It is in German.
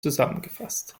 zusammengefasst